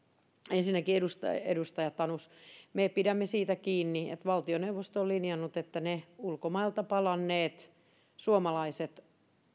ensinnäkin edustaja tanus me pidämme siitä kiinni että valtioneuvosto on linjannut että ulkomailta palanneet suomalaiset